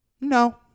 no